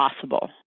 possible